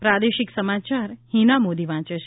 પ્રાદેશિક સમાચાર હીના મોદી વાંચે છે